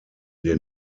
den